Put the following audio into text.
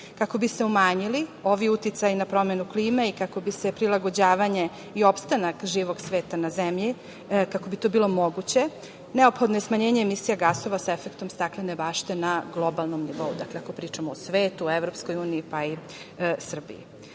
Kako bi se umanjili ovi uticaji na promenu klime i kako bi se prilagođavanje i opstanak živog sveta na zemlji, kako bi to bilo moguće, neophodno je smanjenje emisije gasova sa efektom staklene bašte na globalnom nivou, ako pričamo o svetu, EU, pa i Srbiji. Ovde